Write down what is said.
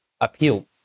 appeal